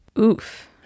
Oof